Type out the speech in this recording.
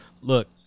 look